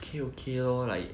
okay okay lor like